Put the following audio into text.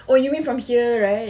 oh you mean from here right